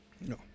No